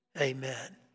Amen